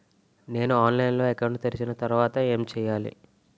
నేను ఆన్లైన్ లో అకౌంట్ తెరిచిన తర్వాత ఏం చేయాలి?